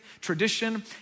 tradition